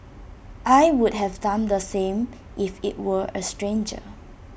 I would have done the same if IT were A stranger